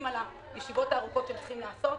על הישיבות הארוכות שהם צריכים לעשות.